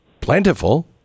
plentiful